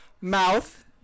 mouth